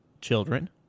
children